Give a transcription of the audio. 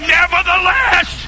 nevertheless